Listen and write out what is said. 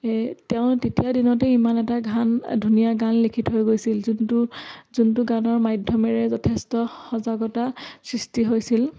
এই তেওঁ তেতিয়া দিনতে ইমান এটা গান ধুনীয়া গান লিখি থৈ গৈছিল যোনটো যোনটো গানৰ মাধ্যমেৰে যথেষ্ট সজাগতা সৃষ্টি হৈছিল